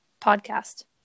podcast